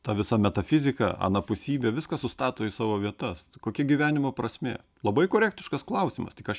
ta visa metafizika anapusybė viską sustato į savo vietas kokia gyvenimo prasmė labai korektiškas klausimas tik aš